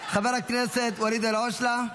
חבר הכנסת ואליד אלהואשלה,